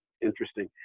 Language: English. interesting